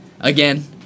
again